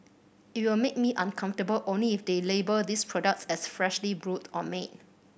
it will make me uncomfortable only if they label these products as freshly brewed or made